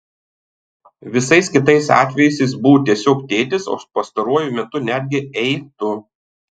visais kitais atvejais jis buvo tiesiog tėtis o pastaruoju metu netgi ei tu